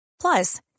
Plus